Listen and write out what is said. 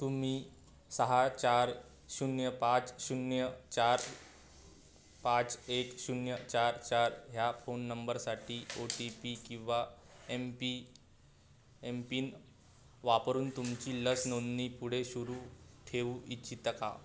तुम्ही सहा चार शून्य पाच शून्य चार पाच एक शून्य चार चार ह्या फोन नंबरसाठी ओ टी पी किंवा एम पी एम पिन वापरून तुमची लस नोंदणी पुढे सुरू ठेऊ इच्छिता का